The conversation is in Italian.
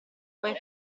vuoi